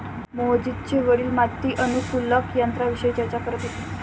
मोहजितचे वडील माती अनुकूलक यंत्राविषयी चर्चा करत होते